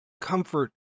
comfort